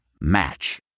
Match